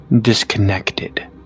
disconnected